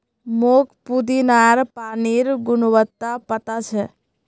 मोक पुदीनार पानिर गुणवत्ता पता छ